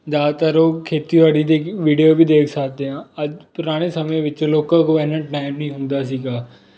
ਜ਼ਿਆਦਾਤਰ ਉਹ ਖੇਤੀਬਾੜੀ ਦੀ ਵੀਡੀਓ ਵੀ ਦੇਖ ਸਕਦੇ ਹਾਂ ਅੱਜ ਪੁਰਾਣੇ ਸਮੇਂ ਵਿੱਚ ਲੋਕਾਂ ਕੋਲ ਇੰਨਾਂ ਟਾਈਮ ਨਹੀਂ ਹੁੰਦਾ ਸੀਗਾ